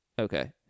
Okay